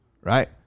right